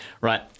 Right